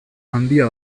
handia